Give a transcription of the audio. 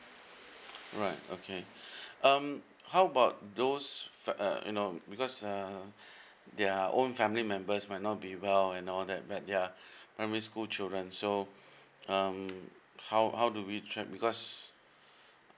alright okay um how about those fa~ uh you know because uh their own family members might not be well and all that back ya primary school children so um how how do we check because